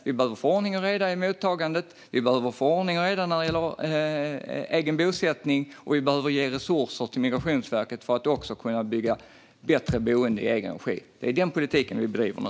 Vi behöver få ordning och reda i mottagandet och vad gäller egen bosättning, och vi behöver ge resurser till Migrationsverket så att man kan bygga bättre boenden i egen regi. Det är denna politik vi bedriver nu.